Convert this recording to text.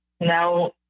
now